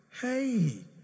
Hey